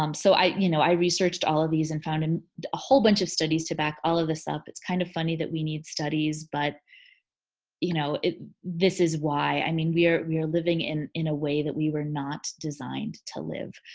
um so, i you know i researched all of these and found a whole bunch of studies to back all of this up. it's kind of funny that we need studies but you know this is why. i mean, we are we are living in in a way that we were not designed to live.